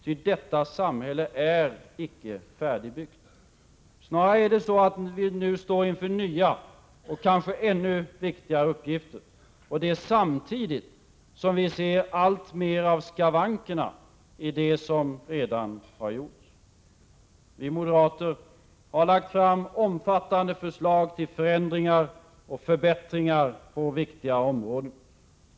Ty detta samhälle är icke färdigbyggt. Snarare är det så, att vi nu står inför nya och kanske ännu viktigare uppgifter, och det samtidigt som vi ser alltmer av skavankerna i det som redan har gjorts. Vi moderater har lagt fram omfattande förslag till förändringar och förbättringar på viktiga områden.